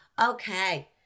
Okay